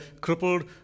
crippled